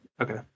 Okay